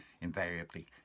invariably